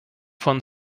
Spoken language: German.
von